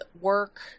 Work